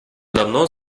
давно